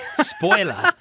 Spoiler